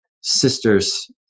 sister's